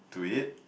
to it